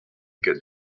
could